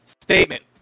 Statement